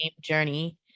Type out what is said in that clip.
journey